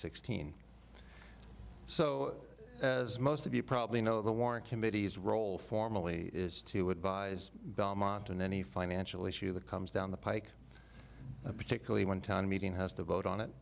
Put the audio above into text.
sixteen so as most of you probably know the warrant committee's role formally is to advise belmont in any financial issue that comes down the pike particularly when town meeting has to vote on it